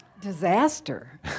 Disaster